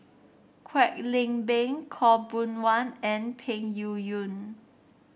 Kwek Leng Beng Khaw Boon Wan and Peng Yuyun